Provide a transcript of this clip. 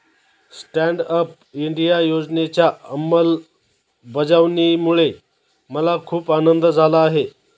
stand up India योजनेच्या अंमलबजावणीमुळे मला खूप आनंद झाला आहे